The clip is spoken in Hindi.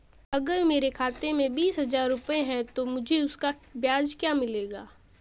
अगर मेरे खाते में बीस हज़ार रुपये हैं तो मुझे उसका ब्याज क्या मिलेगा?